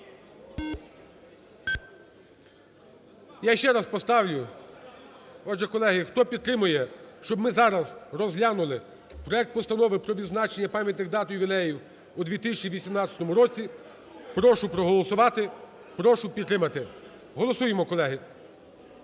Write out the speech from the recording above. Я ще раз поставлю. Отже, колеги, хто підтримує, щоб ми зараз розглянули проект Постанови про відзначення пам'ятних дат і ювілеїв у 2018 році, прошу проголосувати, прошу підтримати. Голосуємо, колеги.